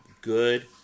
Good